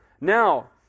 Now